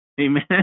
Amen